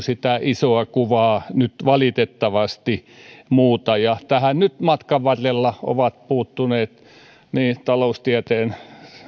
sitä isoa kuvaa nyt valitettavasti muuta ja tähän nyt matkan varrella ovat puuttuneet niin taloustieteen